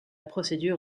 procédure